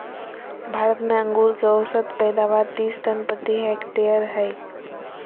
भारत में अंगूर के औसत पैदावार तीस टन प्रति हेक्टेयर हइ